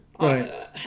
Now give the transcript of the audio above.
Right